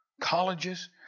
colleges